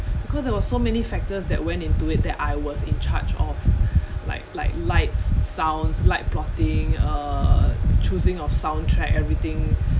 because there were so many factors that went into it that I was in charge of like like lights sounds light plotting uh choosing of soundtrack everything